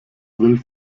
will